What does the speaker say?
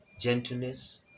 gentleness